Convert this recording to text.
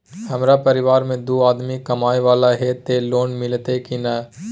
हमरा परिवार में दू आदमी कमाए वाला हे ते लोन मिलते की ने?